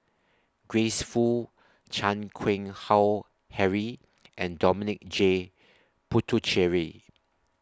Grace Fu Chan Keng Howe Harry and Dominic J Puthucheary